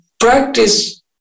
practice